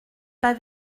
pas